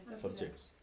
Subjects